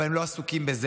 אבל הם לא עסוקים בזה,